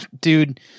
dude